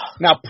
Now